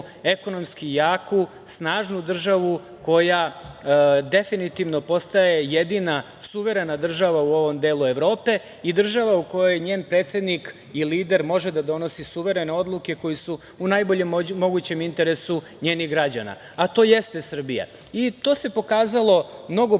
ekonomski jaku, snažnu državu koja definitivno postaje jedina suverena država u ovom delu Evrope i držav au kojoj njen predsednik i lider može da donosi suverene odluke koje su u najboljem mogućem interesu njenih građana, a to jeste Srbija. To se pokazalo mnogo puta